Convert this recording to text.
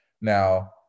Now